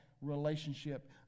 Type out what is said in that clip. relationship